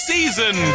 Season